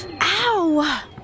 Ow